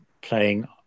Playing